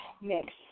mix